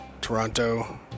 Toronto